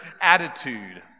attitude